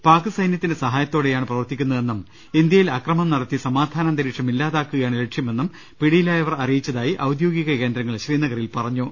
പാക് സൈന്യ ത്തിന്റെ സഹായത്തോടെയാണ് പ്രവർത്തിക്കുന്നതെന്നും ഇന്ത്യയിൽ അക്രമം നടത്തി സമാധാനാന്തരീക്ഷം ഇല്ലാതാക്കുകയാണ് ലക്ഷ്യമെന്നും പിടിയിലായവർ അറിയിച്ചതായി ഔദ്യോഗികകേന്ദ്രങ്ങൾ ശ്രീനഗറിൽ പറഞ്ഞു